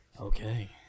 Okay